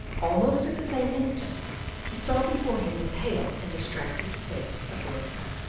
almost at the same instant he saw before him the pale and distracted face of rosa.